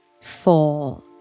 four